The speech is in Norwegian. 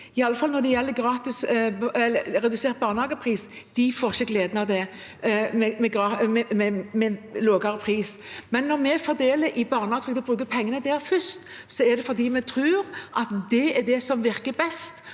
i alle fall når det gjelder redusert barnehagepris, får ikke glede av det med lavere pris. Når vi fordeler i barnetrygden og bruker pengene der først, er det fordi vi tror at det er det som virker best